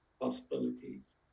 possibilities